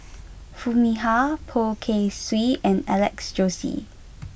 Foo Mee Har Poh Kay Swee and Alex Josey